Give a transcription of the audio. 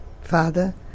father